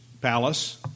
palace